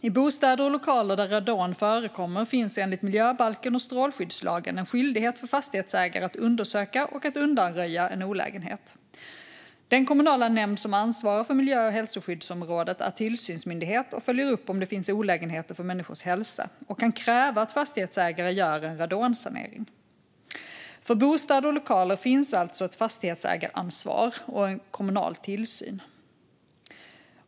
I bostäder och lokaler där radon förekommer finns enligt miljöbalken och strålskyddslagen en skyldighet för fastighetsägare att undersöka och att undanröja en olägenhet. Den kommunala nämnd som ansvarar för miljö och hälsoskyddsområdet är tillsynsmyndighet och följer upp om det finns olägenheter för människors hälsa och kan kräva att fastighetsägare gör en radonsanering. För bostäder och lokaler finns alltså ett fastighetsägaransvar och en kommunal tillsyn.